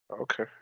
Okay